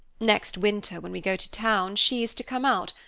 next winter, when we go to town, she is to come out,